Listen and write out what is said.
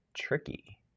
tricky